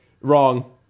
Wrong